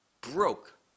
broke